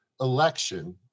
election